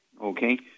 Okay